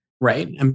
Right